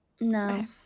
No